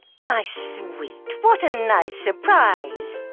my sweet, what a nice surprise.